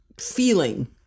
feeling